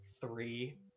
three